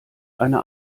eine